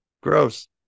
gross